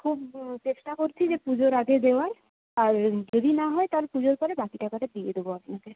খুব চেষ্টা করছি যে পুজোর আগে দেওয়ার আর যদি না হয় তাহলে পুজোর পরে বাকি টাকাটা দিয়ে দেবো আপনাকে